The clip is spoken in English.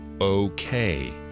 okay